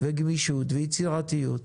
גמישות ויצירתיות.